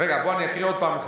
אני אקריא עוד פעם.